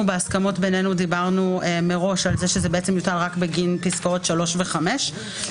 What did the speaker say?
בהסכמות בינינו דיברנו מראש על כך שזה יותר בגין פסקאות 3 ו-5.